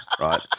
right